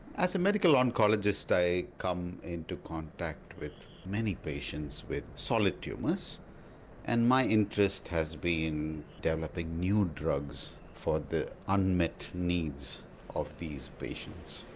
as a medical oncologist i come into contact with many patients with solid tumours and my interest has been developing new drugs for the unmet needs of these patients.